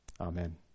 Amen